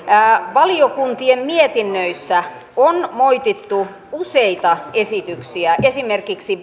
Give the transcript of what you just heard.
valiokuntien mietinnöissä on moitittu useita esityksiä esimerkiksi